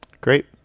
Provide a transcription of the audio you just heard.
Great